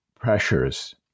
Pressures